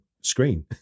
screen